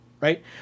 Right